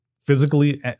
physically